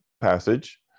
passage